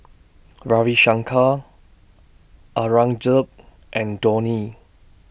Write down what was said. Ravi Shankar Aurangzeb and Dhoni